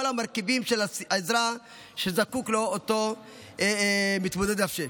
המרכיבים של העזרה שזקוק לה אותו מתמודד נפש.